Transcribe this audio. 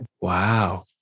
wow